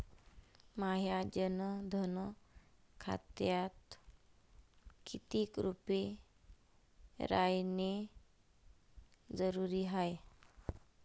माह्या जनधन खात्यात कितीक रूपे रायने जरुरी हाय?